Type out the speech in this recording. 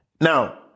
now